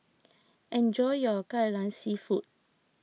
enjoy your Kai Lan Seafood